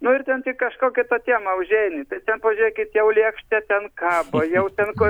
nu ir ten kažkokią tą temą užeini tai ten pažiūrėkit jau lėkštė ten kaba jau ten ko